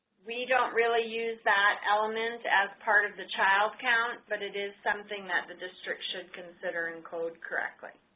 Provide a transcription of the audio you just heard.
we don't really use that element as part of the child count but it is something that the district should consider in code correctly.